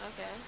Okay